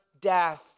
death